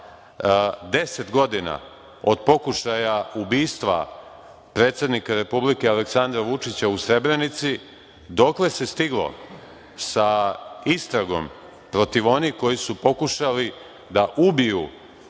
deset godina od pokušaja ubistva predsednika Republike Aleksandra Vučića u Srebrenici, dokle se stiglo sa istragom protiv onih koji su pokušali da ubiju